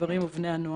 הגברים ובני הנוער.